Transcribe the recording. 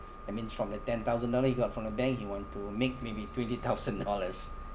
that means from the ten thousand dollar he got from the bank he want to make may be twenty thousand dollars